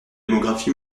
démographie